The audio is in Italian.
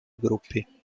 gruppi